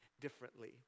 differently